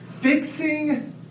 fixing